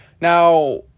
now